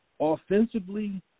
Offensively